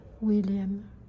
William